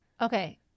Okay